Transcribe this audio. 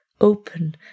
Open